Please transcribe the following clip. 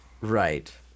Right